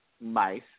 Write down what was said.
mice